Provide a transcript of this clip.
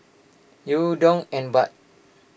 Yen Dong and Baht